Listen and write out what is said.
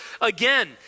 again